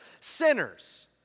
Sinners